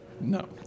No